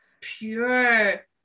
pure